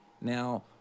Now